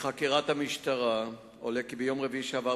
מחקירת המשטרה עולה כי ביום רביעי שעבר,